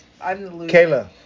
Kayla